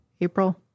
April